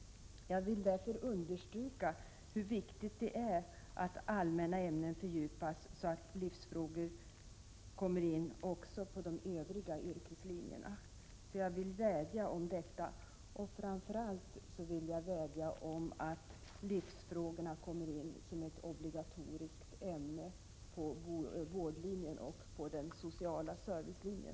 Jag vill därför understryka vikten av att allmänna ämnen fördjupas, så att livsfrågor kommer in också på de övriga yrkeslinjerna. Jag vädjar om detta, och framför allt vädjar jag om att livsfrågorna kommer in som ett obligatoriskt ämne på vårdlinjen och på den sociala servicelinjen.